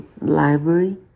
library